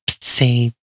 say